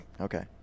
Okay